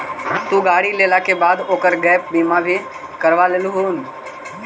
तु गाड़ी लेला के बाद ओकर गैप बीमा भी करवा लियहून